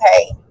okay